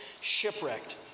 shipwrecked